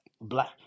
Black